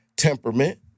Temperament